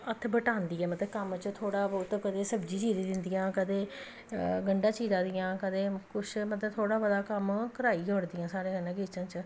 हत्थ बटांदी ऐ मतलब कम्म च थोह्ड़ा बहुत कदें सब्जी चीरी दिंदियां गंढा चिरा दियां कदें किश मतलब थोह्ड़ा मता कम्म कराई गै ओड़दियां किचन च साढ़े कन्नै